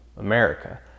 America